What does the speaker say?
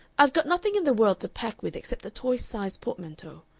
i've got nothing in the world to pack with except a toy size portmanteau.